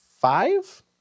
five